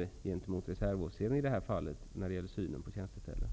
lagen och reservofficerare när det gäller synen på tjänsteställe?